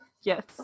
Yes